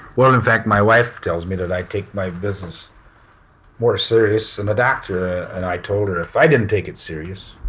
well, in fact, my wife tells me that i take my business more serious than and a doctor. and i told her, if i didn't take it serious,